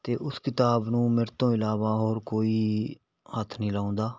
ਅਤੇ ਉਸ ਕਿਤਾਬ ਨੂੰ ਮੇਰੇ ਤੋਂ ਇਲਾਵਾ ਹੋਰ ਕੋਈ ਹੱਥ ਨਹੀਂ ਲਾਉਂਦਾ